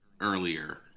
earlier